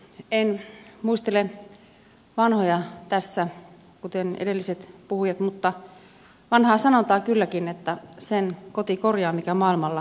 en muistele vanhoja tässä kuten edelliset puhujat mutta vanhaa sanontaa kylläkin että sen koti korjaa mikä maailmalla rähjääntyy